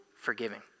forgiving